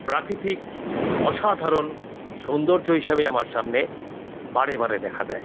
প্রাকৃতিক অসাধারণ সৌন্দর্য হিসাবে আমার সামনে বারে বারে দেখা দেয়